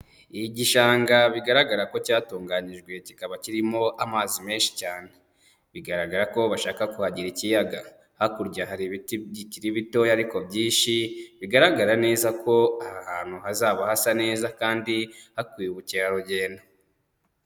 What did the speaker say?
Igishanga bigaragara ko cyatunganyijwe kikaba kirimo amazi menshi cyane. Bigaragara ko bashaka kuhagira ikiyaga. Hakurya hari ibiti bikiri bitoya ariko byinshi bigaragara neza ko aha hantu hazaba hasa neza kandi hakwiye ubukerarugendo.